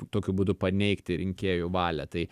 tokiu būdu paneigti rinkėjų valią tai